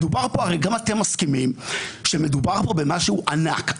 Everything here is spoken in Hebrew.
הרי גם אתם מסכימים, שמדובר פה במשהו ענק.